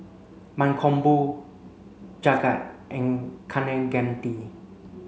Mankombu Jagat and Kaneganti